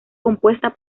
compuesta